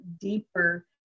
deeper